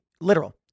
literal